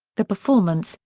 the performance,